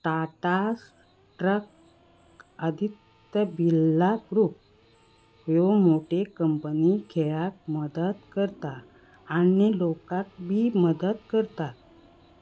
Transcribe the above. Tata trust Aditya Birla group ह्यो मोटे company खेळाक मदत करता आनी लोकांक बी मदत करतात